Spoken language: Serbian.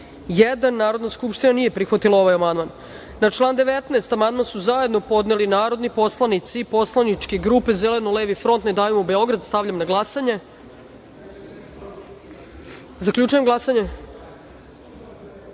poslanik. Narodna skupština nije prihvatila ovaj amandman. Na član 19. amandman su zajedno podneli narodni poslanici poslaničke grupe Zeleno-Levi front-Ne davimo Beograd. Stavljam na glasanje. Zaključujem glasanje: